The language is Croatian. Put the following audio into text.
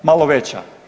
Malo veća.